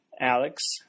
Alex